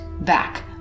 back